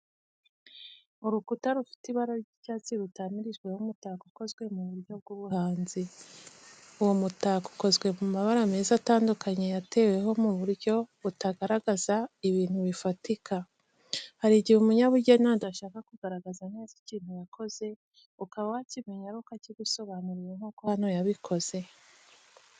Urukuta rufite ibara ry’icyatsi rutamirijweho umutako ukoze mu buryo bw’ubuhanzi. Uwo mutako ukozwe mu mabara meza atandukanye yateweho mu buryo butagaragaza ibintu bifatika. Hari igihe umunyabugeni adashaka kugaragaza neza ikintu yakoze, ukaba wakimenya ari uko akigusobanuriye nk'uko hano yabikoze.